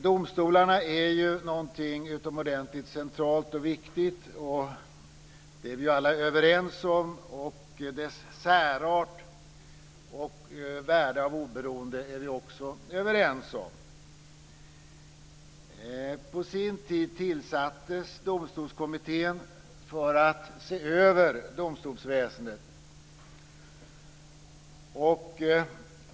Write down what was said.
Domstolarna är något utomordentligt centralt och viktigt, det är vi alla överens om. Dess särart och värdet av dess oberoende är vi också överens om. På sin tid tillsattes Domstolskommittén för att se över domstolsväsendet.